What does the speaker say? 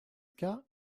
cas